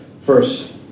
first